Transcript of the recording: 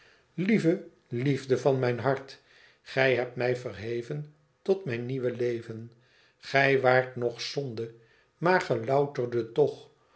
lieve liefde van mijn hart gij hebt mij verheven tot mijn nieuw leven gij waart nog zonde maar ge louterdet toch